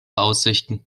aussichten